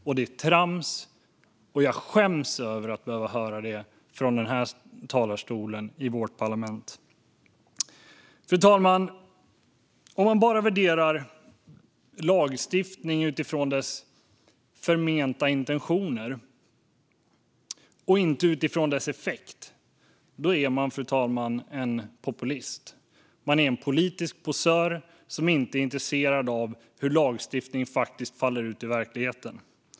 Detta är trams, och jag skäms över att behöva höra det från talarstolen i vårt parlament. Fru talman! Om man bara värderar lagstiftning utifrån dess förmenta intentioner och inte utifrån dess effekt är man en populist. Man är en politisk posör som inte är intresserad av hur lagstiftningen faktiskt faller ut i verkligheten.